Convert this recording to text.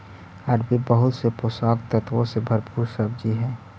अरबी बहुत से पोषक तत्वों से भरपूर सब्जी हई